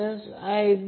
हे आता भरा